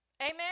Amen